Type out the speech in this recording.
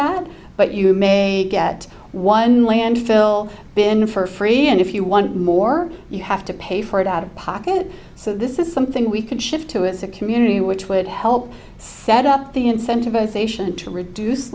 that but you may get one landfill been for free and if you want more you have to pay for it out of pocket so this is something we could shift to as a community which would help set up the incentivization to reduce